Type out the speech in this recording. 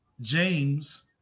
james